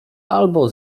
albo